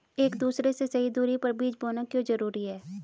एक दूसरे से सही दूरी पर बीज बोना क्यों जरूरी है?